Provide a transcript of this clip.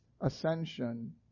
ascension